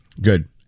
good